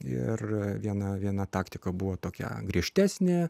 ir viena viena taktika buvo tokia griežtesnė